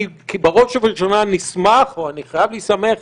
אני בראש ובראשונה נסמך או שאני חייב להיסמך